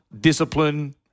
discipline